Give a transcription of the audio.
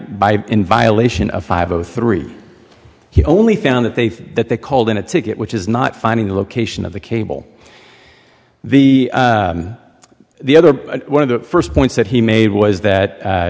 by in violation of five o three he only found that they think that they called in a ticket which is not finding the location of the cable the the other one of the first points that he made was that a